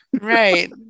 Right